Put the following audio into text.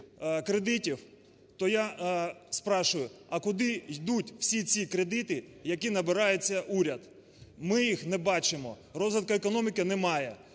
кредитів, то яспрашиваю: а куди йдуть всі ці кредити, які набирає цей уряд? Ми їх не бачимо, розвитку економіки немає.